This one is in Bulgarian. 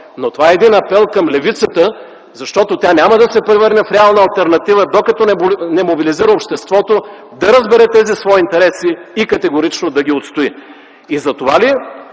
но това е апел към левицата, защото тя няма да се превърне в реална алтернатива, докато не мобилизира обществото да разбере тези свои интереси и категорично да ги отстои. Затова ли